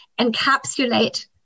encapsulate